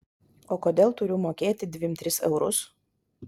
o kodėl turiu mokėti dvim tris eurus